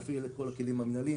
להפעיל את כל הכלים המינהליים,